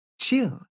chill